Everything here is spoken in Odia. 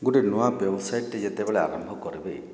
ଗୁଟେ ନୂଆ ବ୍ୟବସାୟଟେ ଯେତେବେଳେ ଆରମ୍ଭ କର୍ବେ